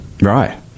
Right